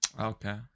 Okay